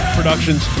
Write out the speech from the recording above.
production's